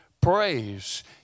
Praise